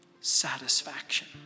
satisfaction